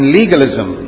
legalism